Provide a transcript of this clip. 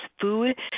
food